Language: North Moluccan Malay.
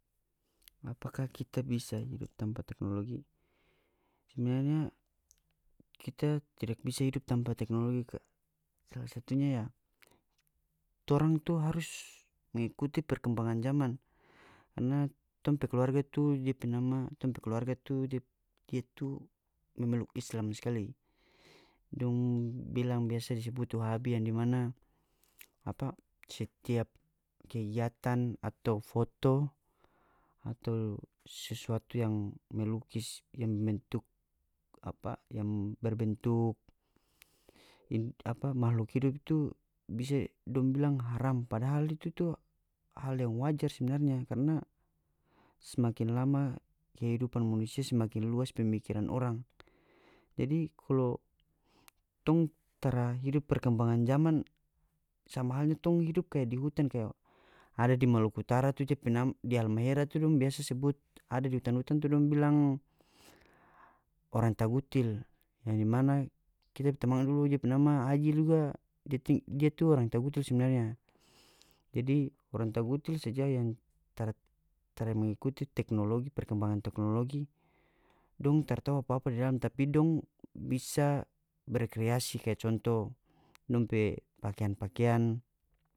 Apakah kita bisa hidup tanpa teknologi sebenarnya kita tidak bisa hidup tanpa teknologi sala satunya ya torang tu harus mengikuti perkembangan zaman karna tong pe keluarga tu dia pe nama tong pe keluarga tu dia dia tu memeluk islam skali dong bilang biasa disebut wahabi yang di mana apa setiap kegiatan atau foto atau sesuatu yang melukis yang bentuk apa yang berbentuk apa mahluk hidup itu bisa dong bilang haram padahal itu tu hal yang wajar sebenarnya karna semakin lama kehidupan manusia semakin luas pemikiran orang jadi kalo tong tara hidup perkembangan zaman sama halnya tong hidup kaya di hutan kaya ada di maluku utara tu dia pe nama di halmahera tu dong biasa sebut ada di hutan-hutan tu dong bilang orang tagutil yang di mana kita pe tamang dulu dia pe nama aji juga dia dia tu orang tagutil sebenarnya jadi orang tagutil saja yang tara tara mengikuti teknologi perkembangan teknologi dong taratau apa-apa di dalam tapi dong bisa berkreasi kaya conto dong pe pakean-pakean.